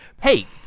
Hey